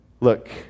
look